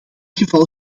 geval